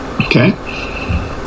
Okay